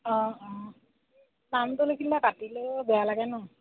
অঁ অঁ কাটিলেও বেয়া লাগে ন